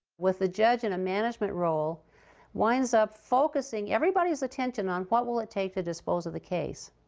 with the judge in a management role winds up focusing everybody's attention on what will it take to dispose of the case,